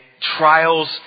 trials